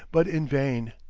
but in vain.